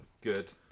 good